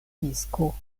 disko